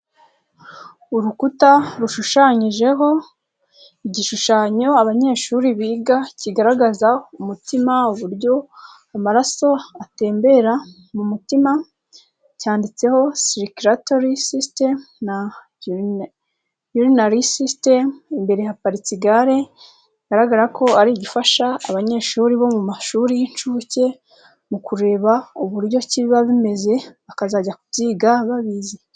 Urukuta rushushanyijeho igishushanyo abanyeshuri biga kigaragaza umutima uburyo amaraso atembera mu mutima cyanditseho sirikiratori sisitemu na urinari sisitemu, imbere haparitse igare, bigaragara ko ari igifasha abanyeshuri bo mu mashuri y'incuke mu kureba uburyo ki biba bimeze bakazajya kubyiga babizi.